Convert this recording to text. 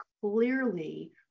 clearly